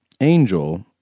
Angel